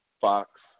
Fox